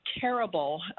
terrible